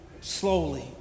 slowly